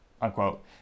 Unquote